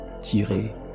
tiré